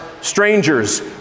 Strangers